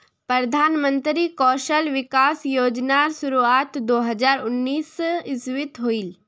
प्रधानमंत्री कौशल विकाश योज्नार शुरुआत दो हज़ार उन्नीस इस्वित होहिल